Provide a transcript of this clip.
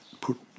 put